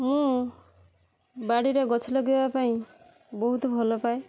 ମୁଁ ବାଡ଼ିରେ ଗଛ ଲଗେଇବା ପାଇଁ ବହୁତ ଭଲପାଏ